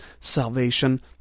salvation